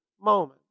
moment